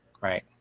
Right